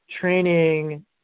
training